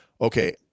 okay